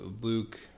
Luke